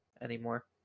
anymore